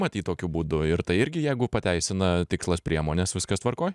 matyt tokiu būdu ir tai irgi jeigu pateisina tikslas priemones viskas tvarkoj